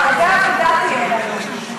הרבה עבודה תהיה לנו.